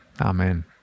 Amen